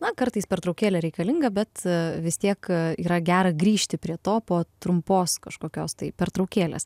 na kartais pertraukėlė reikalinga bet vis tiek yra gera grįžti prie to po trumpos kažkokios tai pertraukėlės